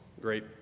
great